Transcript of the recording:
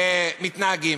מתנהגים.